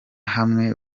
hamwe